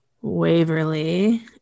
Waverly